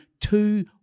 two